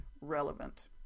relevant